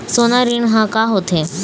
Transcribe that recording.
सोना ऋण हा का होते?